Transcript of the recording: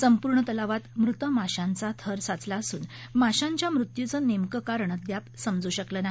संपूर्ण तलावात मृत माशांचा थर साचला असून माशांच्या मृत्यूचे नेमके कारण अद्याप समजू शकले नाही